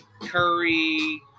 Curry